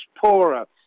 poorer